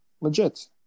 Legit